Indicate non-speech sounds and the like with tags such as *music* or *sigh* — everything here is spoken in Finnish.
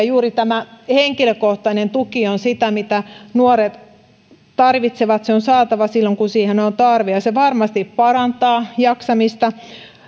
*unintelligible* juuri tämä henkilökohtainen tuki on sitä mitä nuoret tarvitsevat sitä on saatava silloin kun siihen on tarve ja se varmasti parantaa jaksamista